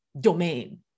domain